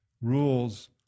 rules